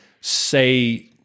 say